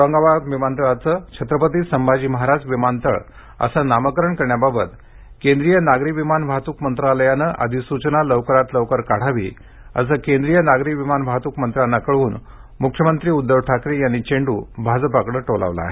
औरंगाबाद विमानतळाचं छत्रपती संभाजी महाराज विमानतळ असं नामकरण करण्याबाबत केंद्रीय नागरी विमान वाहतूक मंत्रालयाने अधिसूचना लवकरात लवकरात काढावी असं केंद्रीय नागरी विमान वाहतूक मंत्र्यांना कळवून मुख्यमंत्री उद्दव ठाकरे यांनी चेंडू भाजपाकडे टोलवला आहे